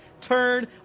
Turn